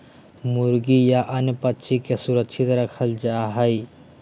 मुर्गी या अन्य पक्षि के सुरक्षित रखल जा हइ